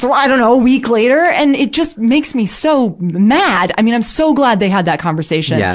so i dunno, week later. and it just makes me so mad. i mean, i'm so glad they had that conversation. yeah